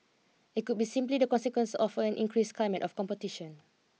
it could be simply the consequence of an increased climate of competition